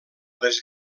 les